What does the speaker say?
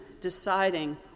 deciding